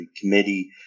committee